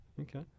Okay